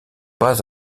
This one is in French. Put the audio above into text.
pas